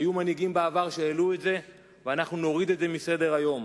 היו מנהיגים בעבר שהעלו את זה ואנחנו נוריד את זה מסדר-היום.